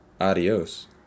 Adios